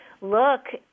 look